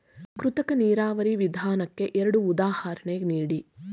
ಕೃತಕ ನೀರಾವರಿ ವಿಧಾನಕ್ಕೆ ಎರಡು ಉದಾಹರಣೆ ನೀಡಿ?